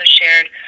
shared